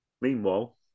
Meanwhile